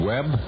Web